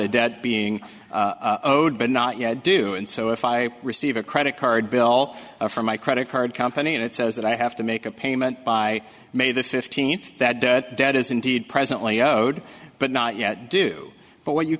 a debt being a code but not yet do and so if i receive a credit card bill from my credit card company and it says that i have to make a payment by may the fifteenth that debt debt is indeed presently zero did but not yet do but what you